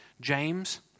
James